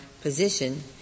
position